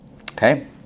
Okay